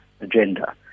agenda